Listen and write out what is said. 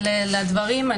אני אתייחס לדברים,